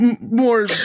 More